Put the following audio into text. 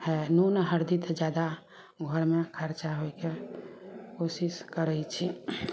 हइ नून हरदी तऽ जादा घरमे खर्चा होइके कोशिश करै छी